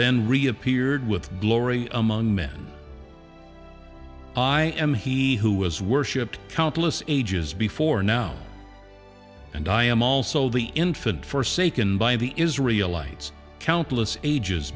then reappeared with glory among men i am he who was worshiped countless ages before now and i am also the infant for saken by the israel lights countless ages